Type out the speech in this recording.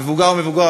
מבוגר או מבוגרת,